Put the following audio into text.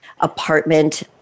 apartment